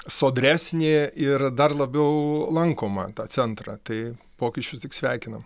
sodresnį ir dar labiau lankomą tą centrą tai pokyčius tik sveikinam